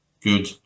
good